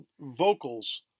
vocals